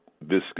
viscous